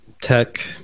tech